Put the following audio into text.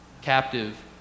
captive